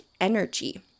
energy